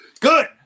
Good